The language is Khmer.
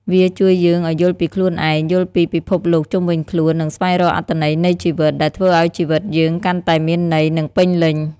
វាជួយយើងឱ្យយល់ពីខ្លួនឯង យល់ពីពិភពលោកជុំវិញខ្លួន និងស្វែងរកអត្ថន័យនៃជីវិត ដែលធ្វើឱ្យជីវិតយើងកាន់តែមានន័យ និងពេញលេញ។